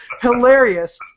hilarious